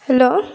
hello